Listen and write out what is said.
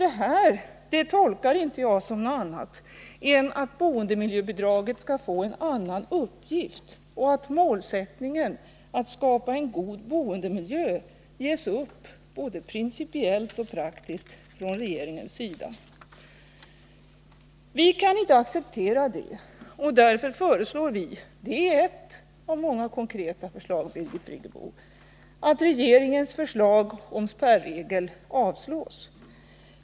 Det här tolkar jag inte som något annat än att boendemiljöbidraget skall få en annan uppgift och att målsättningen — att skapa en god boendemiljö — ges upp både principiellt och praktiskt från regeringens sida. Vi kan inte acceptera detta. Därför föreslår vi — det är ett av många konkreta förslag från vår sida, Birgit Friggebo — att förslaget om spärregel skall avslås.